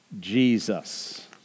Jesus